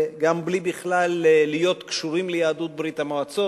גם בלי להיות קשורים בכלל ליהדות ברית-המועצות,